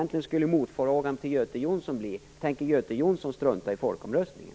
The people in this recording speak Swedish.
Motfrågan till Göte Jonsson borde egentligen bli: Tänker